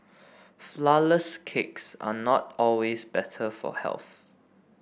flourless cakes are not always better for health